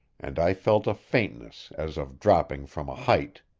and i felt a faintness as of dropping from a height.